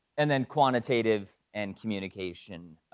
and then quantitative, and communication,